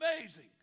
amazing